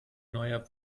neuer